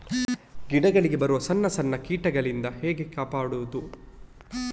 ಗಿಡಗಳಿಗೆ ಬರುವ ಸಣ್ಣ ಸಣ್ಣ ಕೀಟಗಳಿಂದ ಹೇಗೆ ಕಾಪಾಡುವುದು?